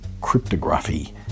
cryptography